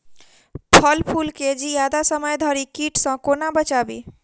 फल फुल केँ जियादा समय धरि कीट सऽ कोना बचाबी?